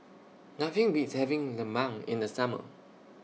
Nothing Beats having Lemang in The Summer